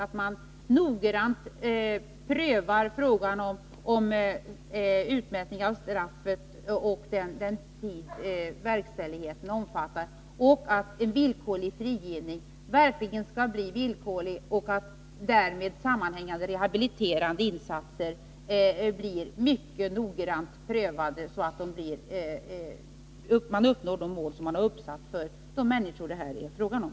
Man måste noggrant pröva frågan om utmätning av straff och den tid verkställigheten omfattar, att en villkorlig frigivning verkligen skall bli villkorlig och att därmed sammanhängande rehabiliterande insater blir mycket noga prövade så att man uppnår de mål som man uppsatt för de människor det här är fråga om.